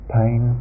pain